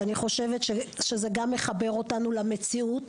ואני חושבת שזה גם מחבר אותנו למציאות.